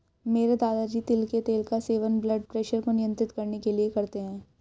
मेरे दादाजी तिल के तेल का सेवन ब्लड प्रेशर को नियंत्रित करने के लिए करते हैं